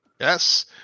Yes